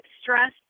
stress